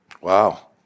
Wow